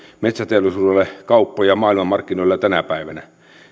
metsäteollisuudelle kauppoja maailmanmarkkinoille tänä päivänä